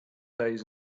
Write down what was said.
days